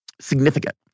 significant